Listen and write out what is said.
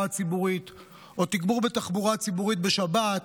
הציבורית או תגבור בתחבורה הציבורית בשבת.